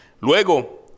Luego